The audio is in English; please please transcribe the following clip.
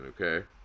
okay